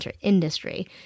industry